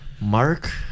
Mark